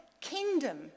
kingdom